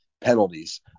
penalties